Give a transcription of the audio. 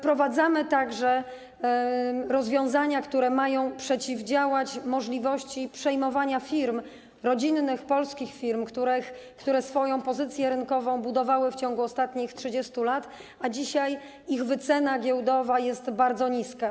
Wprowadzamy także rozwiązania, które mają przeciwdziałać możliwości przejmowania firm, rodzinnych polskich firm, które swoją pozycję rynkową budowały w ciągu ostatnich 30 lat, a dzisiaj ich wycena giełdowa jest bardzo niska.